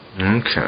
okay